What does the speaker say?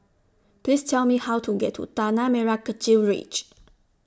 Please Tell Me How to get to Tanah Merah Kechil Ridge